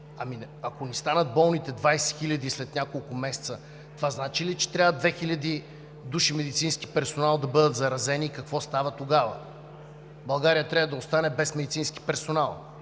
болните ни станат 20 хиляди след няколко месеца, това значи ли, че трябва 2000 души медицински персонал да бъдат заразени? Какво става тогава? България трябва да остане без медицински персонал!